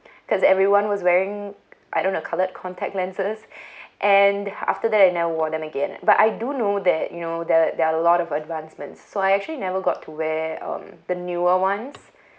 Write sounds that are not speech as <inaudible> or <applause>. cause everyone was wearing I don't know coloured contact lenses <breath> and after that I never wore them again but I do know that you know the there are a lot of advancements so I actually never got to wear um the newer ones